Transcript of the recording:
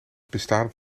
bestaan